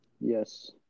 Yes